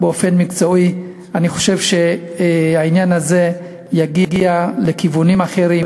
אני חושב שהעניין הזה יגיע לכיוונים אחרים,